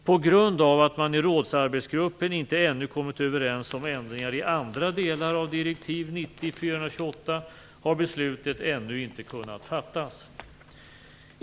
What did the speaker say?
På grund av att man i rådsarbetsgruppen inte ännu kommit överens om ändringar i andra delar av direktiv 90/428 har beslutet ännu inte kunnat fattas.